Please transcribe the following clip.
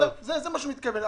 לזה הוא התכוון.